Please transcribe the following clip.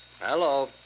Hello